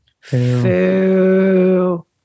foo